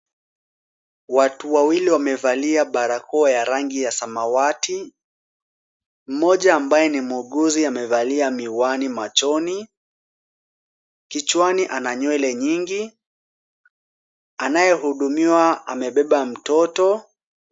Watu wawili wamevalia barakoa ya rangi ya samawati. Mmoja ambaye ni muuguzi amevalia miwani machoni, kichwani ana nywele nyingi. Anaye hudumiwa amebeba mtoto.